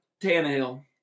Tannehill